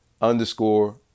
underscore